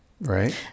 right